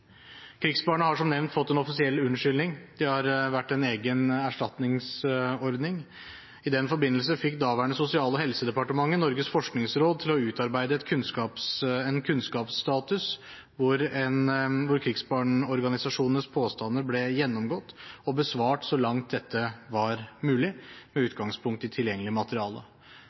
Krigsbarna har som nevnt fått en offisiell unnskyldning. Det har vært en egen erstatningsordning. I den forbindelse fikk det daværende Sosial- og helsedepartementet Norges forskningsråd til å utarbeide en kunnskapsstatus hvor krigsbarn-organisasjonenes påstander ble gjennomgått og besvart så langt dette var mulig, med